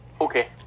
Okay